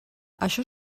això